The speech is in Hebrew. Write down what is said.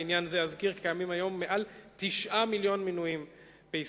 לעניין זה אזכיר כי קיימים היום יותר מ-9 מיליוני מנויים בישראל.